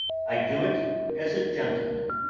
i do it as a gentleman.